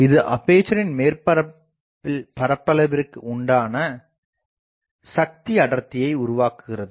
இது அபேசரின் மேற்பரப்பில் பரப்பளவிற்கு உண்டான சக்தி அடர்த்தியை உருவாக்குகிறது